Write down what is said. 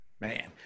Man